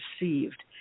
received